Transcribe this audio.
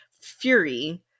Fury